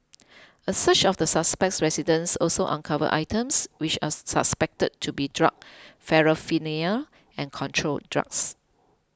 a search of the suspect's residence also uncovered items which are suspected to be drug paraphernalia and controlled drugs